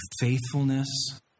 faithfulness